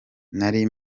nari